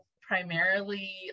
primarily